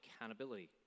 accountability